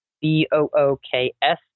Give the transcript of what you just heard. B-O-O-K-S